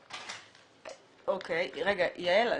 רגע, יעל,